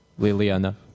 Liliana